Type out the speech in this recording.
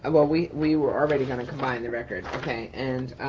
ah well, we we were already gonna combine the record, okay. and